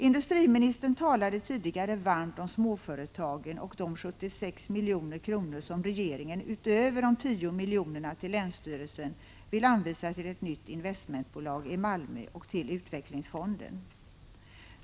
Industriministern talade tidigare varmt om småföretagen och de 76 milj.kr. som regeringen utöver de 10 miljonerna till länsstyrelsen vill anvisa till ett 59 nytt investmentbolag i Malmö och till utvecklingsfonden.